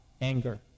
anger